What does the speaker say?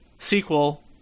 sequel